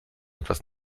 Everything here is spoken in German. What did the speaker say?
etwas